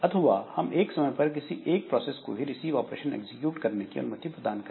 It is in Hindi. अथवा हम एक समय पर किसी एक प्रोसेस को ही रिसीव ऑपरेशन एग्जीक्यूट करने की अनुमति प्रदान करें